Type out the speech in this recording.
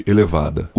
Elevada